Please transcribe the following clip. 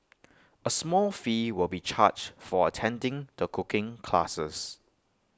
A small fee will be charged for attending the cooking classes